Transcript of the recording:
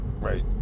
Right